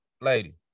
lady